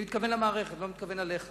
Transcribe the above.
אני מתכוון למערכת, לא מתכוון אליך.